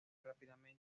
rápidamente